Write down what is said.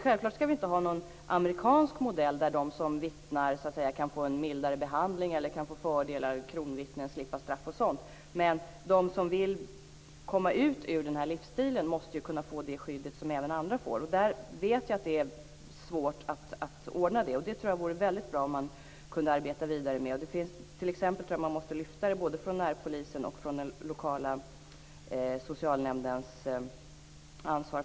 Självfallet skall vi inte ha någon amerikansk modell, där de som vittnar kan få en mildare behandling eller kan få fördelar som kronvittnen, slippa straff e.d., men de som vill bryta den gamla livsstilen måste kunna få ett sådant skydd som även andra får. Jag vet att det är svårt att ordna detta, och det vore väldigt bra om man kunde arbeta vidare med detta. Man måste t.ex. lyfta bort det här från både närpolisens och den lokala socialnämndens ansvar.